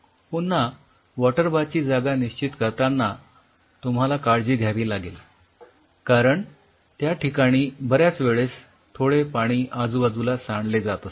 पुन्हा water bath ची जागा निश्चित करतांना तुम्हाला काळजी घ्यावी लागेल कारण त्या ठिकाणी बऱ्याच वेळेस थोडे पाणी आजूबाजूला सांडले जात असते